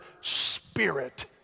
spirit